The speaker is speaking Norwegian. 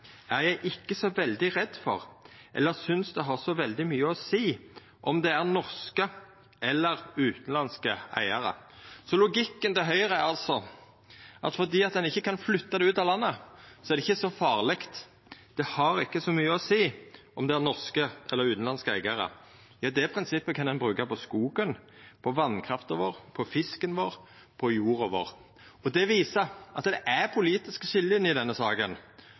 er jeg ikke så veldig redd for eller synes det har så veldig mye å si om det er norske eller utenlandske eiere.» Logikken til Høgre er altså at fordi ein ikkje kan flytta det ut av landet, er det ikkje så farleg – det har ikkje så mykje å seia om det er norske eller utanlandske eigarar. Ja, det prinsippet kan ein bruka på skogen, på vasskrafta vår, på fisken vår og på jorda vår. Det viser at det er politiske skiljeliner her, og det er dei denne saka